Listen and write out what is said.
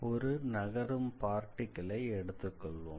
ஒரு நகரும் பார்ட்டிகிளை எடுத்துக்கொள்வோம்